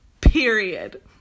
period